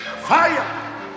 fire